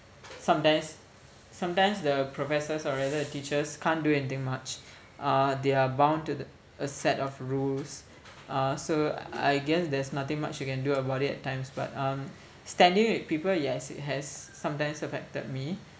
sometimes sometimes the professors or rather the teachers can't do anything much uh they are bound to a set of rules uh so I guess there's nothing much you can do about it at times but um standing with people yes it has sometimes affected me